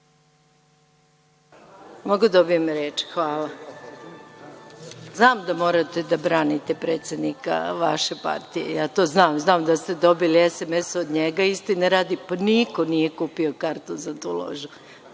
Gojković** Hvala. Znam da morate da branite predsednika vaše partije. Ja to znam. Znam da ste dobili sms od njega. Istine radi, niko nije kupio kartu za tu ložu,